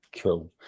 Cool